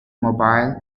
mobile